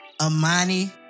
Amani